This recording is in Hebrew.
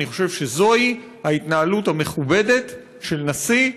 אני חושב שזוהי ההתנהלות המכובדת של נשיא.